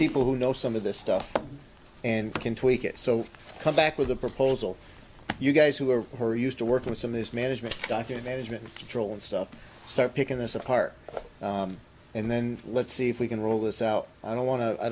people who know some of this stuff and can tweak it so come back with a proposal you guys who are used to working with some of his management doc your management control and stuff start picking this apart and then let's see if we can roll this out i don't want to i